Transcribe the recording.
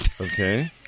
Okay